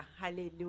hallelujah